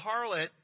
harlot